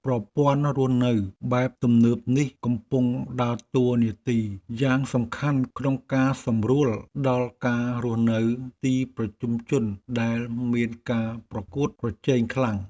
ប្រព័ន្ធរស់នៅបែបទំនើបនេះកំពុងដើរតួនាទីយ៉ាងសំខាន់ក្នុងការសម្រួលដល់ការរស់នៅទីប្រជុំជនដែលមានការប្រកួតប្រជែងខ្លាំង។